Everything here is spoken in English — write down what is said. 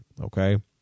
Okay